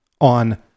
on